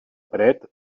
paret